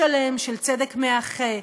שר הפנים אריה דרעי,